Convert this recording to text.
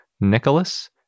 Nicholas